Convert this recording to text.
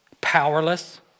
Powerless